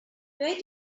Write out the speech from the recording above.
where